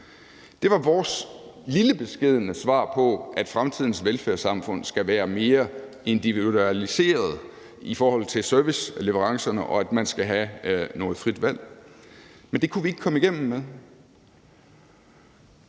Det var vores lille beskedne svar på, at fremtidens velfærdssamfund skal være mere individualiseret i forhold til serviceleverancerne, og at man skal have noget frit valg. Men det kunne vi ikke komme igennem med.